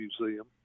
museum